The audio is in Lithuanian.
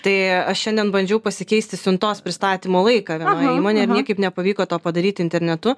tai aš šiandien bandžiau pasikeisti siuntos pristatymo laiką vienoj įmonėj niekaip nepavyko to padaryti internetu